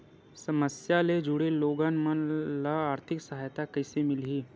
समस्या ले जुड़े लोगन मन ल आर्थिक सहायता कइसे मिलही?